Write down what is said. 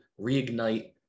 reignite